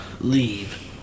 leave